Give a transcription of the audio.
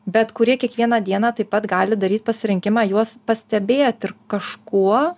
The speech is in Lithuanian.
bet kurie kiekvieną dieną taip pat gali daryt pasirinkimą juos pastebėt ir kažkuo